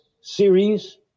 series